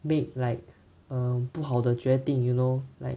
make like err 不好的决定 you know like